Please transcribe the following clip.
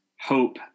hope